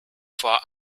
vor